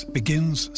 begins